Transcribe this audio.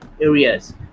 areas